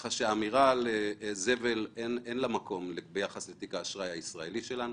ככה שהאמירה על זבל אין לה מקום ביחס לתיק האשראי הישראלי שלנו.